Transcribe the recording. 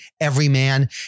everyman